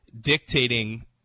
dictating